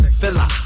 fella